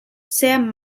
sam